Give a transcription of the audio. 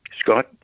Scott